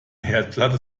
herdplatte